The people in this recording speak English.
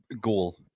goal